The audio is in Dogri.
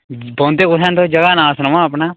बौंह्दे कुत्थें न तुस जगह् दा नांऽ सनाओ हा अपना